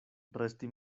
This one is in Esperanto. resti